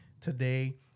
Today